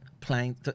playing